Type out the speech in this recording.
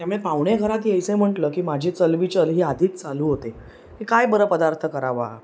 त्यामुळे पाहुणे घरात यायचे म्हटलं की माझी चलबिचल ही आधीच चालू होते की काय बरं पदार्थ करावा